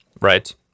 right